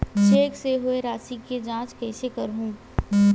Cheque से होए राशि के जांच कइसे करहु?